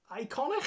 Iconic